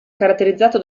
caratterizzato